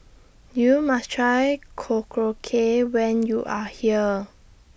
YOU must Try Korokke when YOU Are here